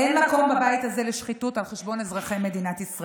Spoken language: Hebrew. נא לא להפריע לדוברת.